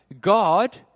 God